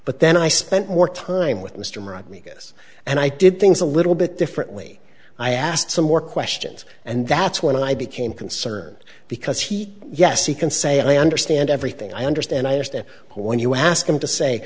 but then i spent more time with mr murat me yes and i did things a little bit differently i asked some more questions and that's when i became concerned because he yes he can say i understand everything i understand i understand when you ask him to say